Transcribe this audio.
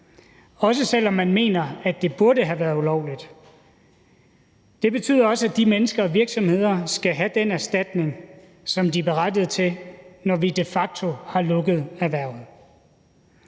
også selv om man mener, at det burde have været ulovligt. Det betyder også, at de mennesker og virksomheder skal have den erstatning, som de er berettiget til, når vi de facto har lukket erhvervet.